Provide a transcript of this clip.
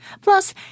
Plus